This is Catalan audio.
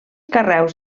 carreus